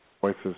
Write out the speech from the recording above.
voices